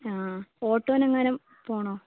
ആ ഓട്ടോനു എങ്ങാനും പോകണോ